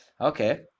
okay